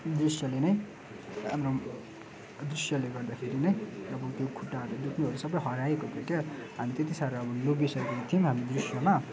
दृश्यले नै राम्रो दृश्यले गर्दाखेरि नै अब त्यो खुट्टाहरू दुख्नेहरू सबै हराएको थियो क्या हामी त्यति साह्रो अब लोभिइसकेको थियौँ हामी दृश्यमा